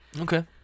Okay